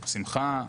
שמחה,